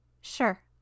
Sure